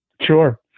Sure